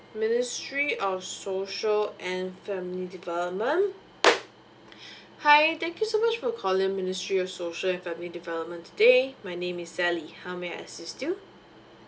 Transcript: ministry of social and family development hi thank you so much for calling ministry of social and family development today my name is sally how may I assist you